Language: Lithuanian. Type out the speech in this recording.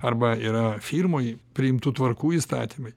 arba yra firmoj priimtų tvarkų įstatymai